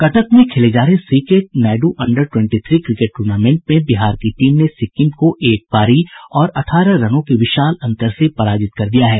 कटक में खेले जा रहे CK Naidu under twenty three cricket tournament में बिहार की टीम ने सिक्किम को एक पारी और अठारह रनों के विशाल अंतर से पराजित कर दिया है